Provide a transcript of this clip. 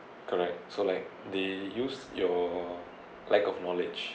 correct so like they use your lack of knowledge